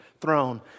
throne